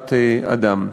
בפרשת אדם.